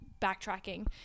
backtracking